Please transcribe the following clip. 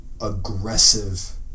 aggressive